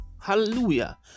Hallelujah